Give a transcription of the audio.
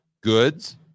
goods